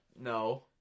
No